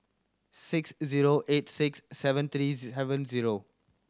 six zero eight six seven three seven zero